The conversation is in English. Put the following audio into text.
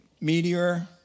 meteor